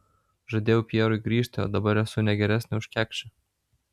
žadėjau pjerui grįžti o dabar esu ne geresnė už kekšę